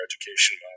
education